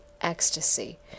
Ecstasy